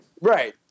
right